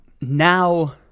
now